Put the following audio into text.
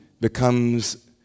becomes